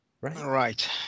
Right